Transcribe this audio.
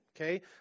okay